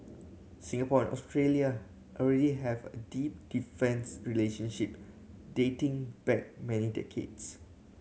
Singapore and Australia already have a deep defence relationship dating back many decades